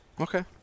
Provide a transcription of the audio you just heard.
Okay